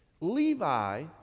Levi